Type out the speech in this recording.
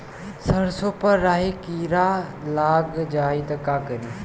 सरसो पर राही किरा लाग जाई त का करी?